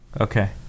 Okay